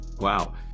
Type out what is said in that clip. Wow